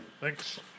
Thanks